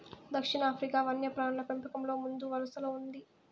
దక్షిణాఫ్రికా వన్యప్రాణుల పెంపకంలో ముందువరసలో ఉంది